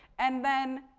and then,